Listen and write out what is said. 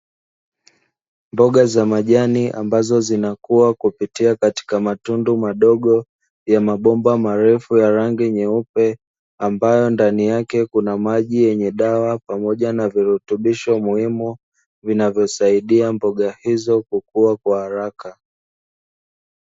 Mboga za majani ambazo zinakuwa kupitia katika matundu madogo ya mabomba marefu ya rangi nyeupe, ambayo ndani yake kuna maji yenye dawa pamoja na virutubisho muhimu vinavyosaidia mboga hizo kukua kwa haraka.